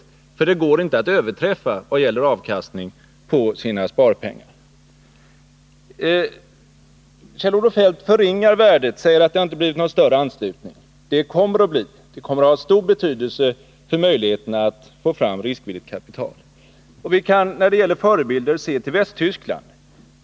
Denna sparform går nämligen inte att överträffa vad gäller avkastning på insatta pengar. Kjell-Olof Feldt förringar värdet av skattefondsparande och säger att det inte har fått någon större anslutning. Jag hävdar att det kommer att få stor anslutning och bidra till möjligheterna att tillhandahålla riskvilligt kapital. Vi kan exempelvis ta Västtyskland som en förebild.